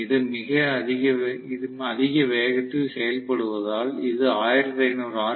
இது மிக அதிக வேகத்தில் செயல்படுவதால் இது 1500 ஆர்